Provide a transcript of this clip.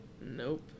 Nope